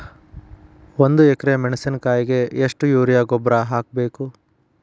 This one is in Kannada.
ಒಂದು ಎಕ್ರೆ ಮೆಣಸಿನಕಾಯಿಗೆ ಎಷ್ಟು ಯೂರಿಯಾ ಗೊಬ್ಬರ ಹಾಕ್ಬೇಕು?